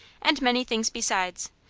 and many things besides,